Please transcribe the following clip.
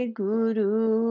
guru